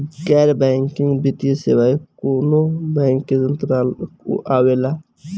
गैर बैंकिंग वित्तीय सेवाएं कोने बैंक के अन्तरगत आवेअला?